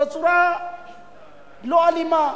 בצורה לא אלימה,